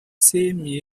same